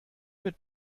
mit